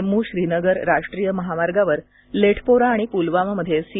जम्मू श्रीनगर राष्ट्रीय महामार्गावर लेठपोरा आणि पुलवामामध्ये सी